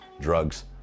Drugs